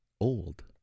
old